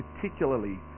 particularly